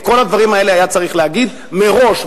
את כל הדברים האלה היה צריך להגיד מראש,